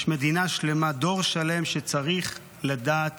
יש מדינה שלמה, דור שלם שצריך לדעת